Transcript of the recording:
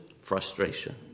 frustration